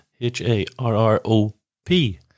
H-A-R-R-O-P